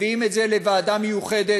מביאים את זה לוועדה מיוחדת,